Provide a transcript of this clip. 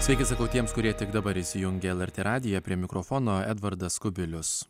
sveiki sakau tiems kurie tik dabar įsijungė lrt radiją prie mikrofono edvardas kubilius